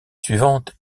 suivante